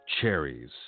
Cherries